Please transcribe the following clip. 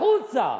החוצה.